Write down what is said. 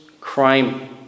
crime